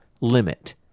limit